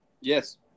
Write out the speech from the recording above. Yes